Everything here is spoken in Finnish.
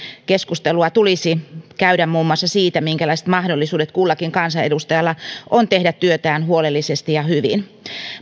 keskustelua tulisi käydä muun muassa siitä minkälaiset mahdollisuudet kullakin kansanedustajalla on tehdä työtään huolellisesti ja hyvin